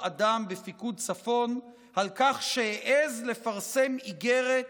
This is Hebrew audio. אדם בפיקוד צפון על כך שהעז לפרסם איגרת